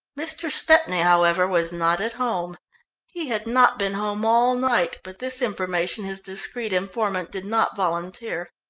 mr. stepney, however, was not at home he had not been home all night, but this information his discreet informant did not volunteer.